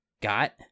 got